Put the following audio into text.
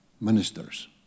ministers